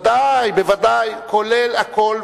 בוודאי, בוודאי, כולל הכול.